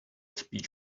speech